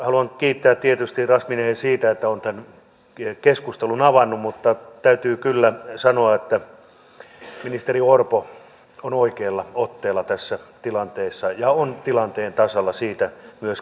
haluan kiittää tietysti razmyaria siitä että on tämän keskustelun avannut mutta täytyy kyllä sanoa että ministeri orpo on oikeilla otteilla tässä tilanteessa ja on tilanteen tasalla siitä myös kiitokset